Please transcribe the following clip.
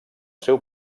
seu